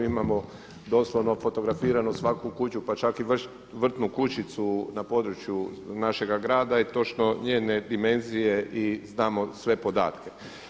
Imamo doslovno fotografiranu svaku kuću, pa čak i vrtnu kućicu na području našega grada i točno njene dimenzije i znamo sve podatke.